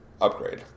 upgrade